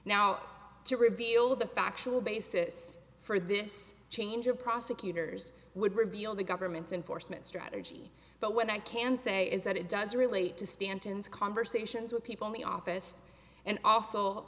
now to reveal the factual basis for this change of prosecutors would reveal the government's enforcement strategy but what i can say is that it does relate to stanton's conversations with people in the office and also